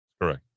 Correct